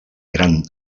gran